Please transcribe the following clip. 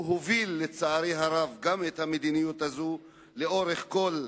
שהוביל לצערי הרב גם את המדיניות הזו לאורך כל הדרך,